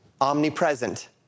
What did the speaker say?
omnipresent